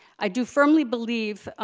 i do firmly believe,